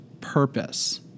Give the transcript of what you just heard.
purpose